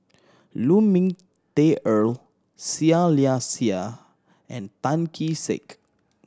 Lu Ming Teh Earl Seah Liang Seah and Tan Kee Sek